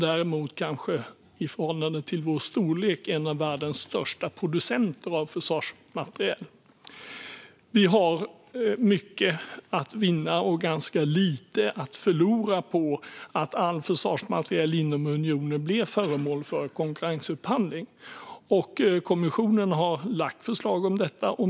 Däremot är vi i förhållande till vår storlek en av världens största producenter av försvarsmateriel. Vi har mycket att vinna, och ganska lite att förlora, på att all försvarsmateriel inom unionen blir föremål för konkurrensupphandling. Kommissionen har lagt fram förslag om detta.